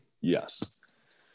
Yes